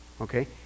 okay